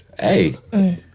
Hey